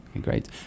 Great